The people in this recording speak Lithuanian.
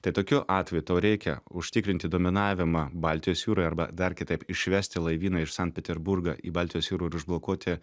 tai tokiu atveju tau reikia užtikrinti dominavimą baltijos jūroje arba dar kitaip išvesti laivyną iš sankt peterburgo į baltijos jūrą ir užblokuoti